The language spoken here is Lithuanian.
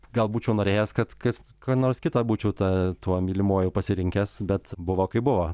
gal būčiau norėjęs kad kas ką nors kitą būčiau tą tuo mylimuoju pasirinkęs bet buvo kaip buvo